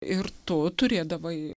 ir tu turėdavai